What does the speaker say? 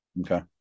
Okay